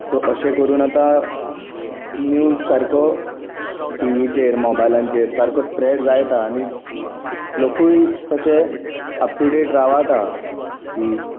so अशें करून आता निव्ज सारको टिवीचेर मोबायलांचेर सारको स्प्रॅड जायत आसा आनी लोकूय तशें अप टू डेट रावत हा की